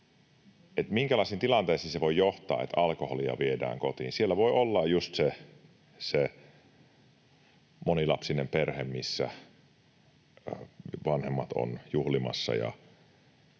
minkälaisiin tilanteisiin se voi johtaa, että alkoholia viedään kotiin. Siellä voi olla just se monilapsinen perhe, missä vanhemmat ovat juhlimassa,